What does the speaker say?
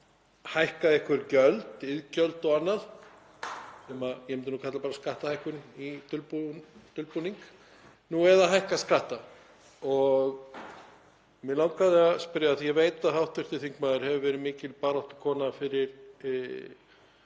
hækka einhver gjöld, iðgjöld og annað, sem ég myndi bara kalla skattahækkun í dulbúningi, nú eða hækka skatta. Mig langaði að spyrja, af því að ég veit að hv. þingmaður hefur verið mikil baráttukona fyrir